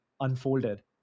unfolded